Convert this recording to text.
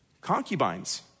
concubines